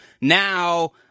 Now